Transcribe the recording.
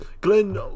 glenn